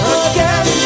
again